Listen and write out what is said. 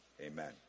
Amen